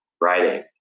writing